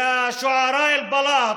יא שועראא אל-בלאט,